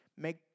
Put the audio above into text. Make